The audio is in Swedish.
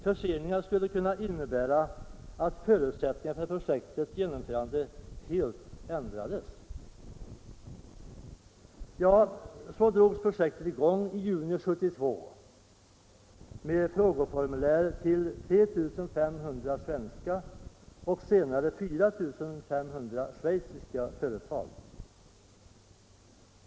Förseningar skulle kunna innebära att förutsättningarna för projektets genomförande helt ändrades. Ja, så drogs projektet i gång i juni 1972 med frågeformulär till 3 500 svenska och 4 500 schweiziska företag.